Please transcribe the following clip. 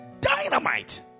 dynamite